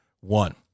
one